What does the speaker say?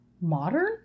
modern